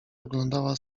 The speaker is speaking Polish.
oglądała